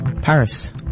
Paris